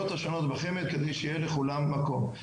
השונות בחמ"ד כדי שיהיה לכולם מקום.